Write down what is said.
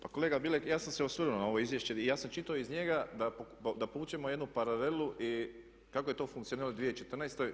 Pa kolega Bilek, ja sam se osvrnuo na ovo izvješće i ja sam čitao iz njega da povučemo jednu paralelu kako je to funkcioniralo u 2014.